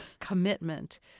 commitment